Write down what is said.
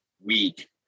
week